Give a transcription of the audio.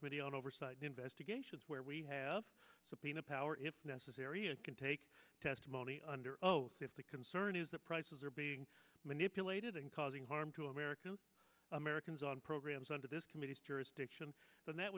subcommittee on oversight and investigations where we have subpoena power if necessary and can take testimony under oath if the concern is that prices are being manipulated and causing harm to american americans on programs under this committee's jurisdiction but that